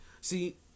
See